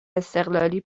استقلالی